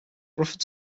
bruford